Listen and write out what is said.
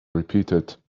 repeated